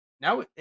Now